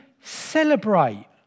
celebrate